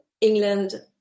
England